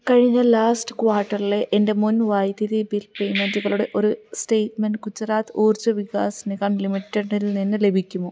കഴിഞ്ഞ ലാസ്റ്റ് ക്വാർട്ടറിലെ എൻ്റെ മുൻ വൈദ്യുതി ബിൽ പേയ്മെൻ്റുകളുടെ ഒരു സ്റ്റേറ്റ്മെൻ്റ് ഗുജറാത്ത് ഊർജ് വികാസ് നിഗം ലിമിറ്റഡ്ൽ നിന്ന് ലഭിക്കുമോ